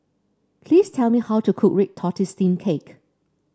please tell me how to cook Red Tortoise Steamed Cake